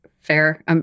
fair